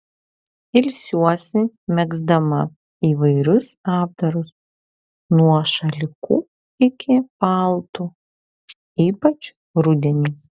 ilsiuosi megzdama įvairius apdarus nuo šalikų iki paltų ypač rudenį